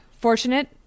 fortunate